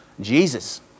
Jesus